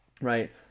right